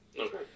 Okay